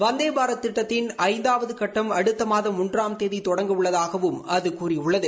வந்தே பாரத் திட்டத்தின் ஐந்தாவடு கட்டம் அடுத்த மாதம் ஒன்றாம் தேதி தொடங்க உள்ளதாகவும் அது கூறியுள்ளது